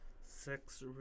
Sex